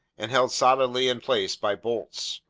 and held solidly in place by bolts.